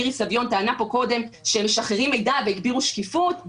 מירי סביון טענה פה קודם שהם משחררים מידע והגבירו שקיפות.